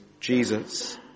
Jesus